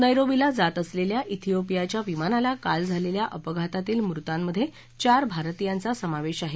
नरीश्वीला जात असलेल्या श्वियोपियाच्या विमानाला काल झालेल्या अपघातातील मृतांत चार भारतीयांचा समावेश आहे